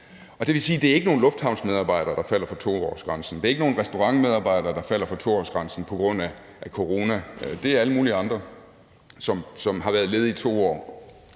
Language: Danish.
Det vil sige, at det ikke er nogle lufthavnsmedarbejdere, der falder for 2-årsgrænsen, at det ikke er nogle restaurantmedarbejdere, der falder for 2-årsgrænsen på grund af corona, men at det er alle mulige andre, som har været ledige i 2 år,